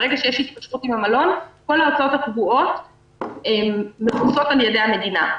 ברגע שיש התקשרות עם המלון כל ההוצאות הקבועות מכוסות על ידי המדינה.